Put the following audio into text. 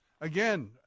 Again